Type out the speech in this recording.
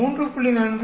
95 3